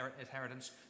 inheritance